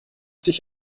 dich